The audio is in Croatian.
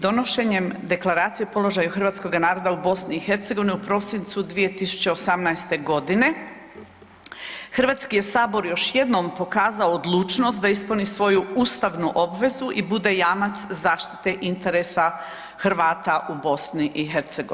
Donošenjem Deklaracije o položaju Hrvatskoga naroda u BiH u prosincu 2018. godine Hrvatski je Sabor još jednom pokazao odlučnost da ispuni svoju ustavnu obvezu i bude jamac zaštite interesa Hrvata u BiH.